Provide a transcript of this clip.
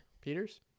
Peters